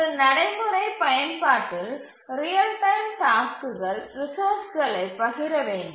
ஒரு நடைமுறை பயன்பாட்டில் ரியல் டைம் டாஸ்க்குகள் ரிசோர்ஸ்களைப் பகிர வேண்டும்